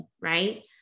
right